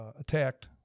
attacked